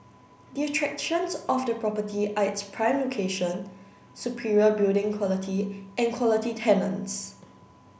the attractions of the property are its prime location superior building quality and quality tenants